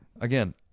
again